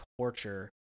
torture